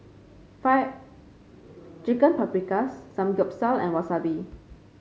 Fire Chicken Paprikas Samgeyopsal and Wasabi